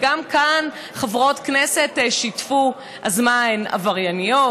וגם כאן חברות כנסת שיתפו, אז מה, הן עברייניות?